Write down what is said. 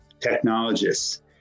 Technologists